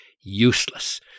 useless